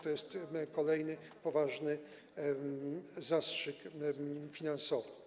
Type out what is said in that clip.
To jest kolejny poważny zastrzyk finansowy.